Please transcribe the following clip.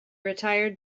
retired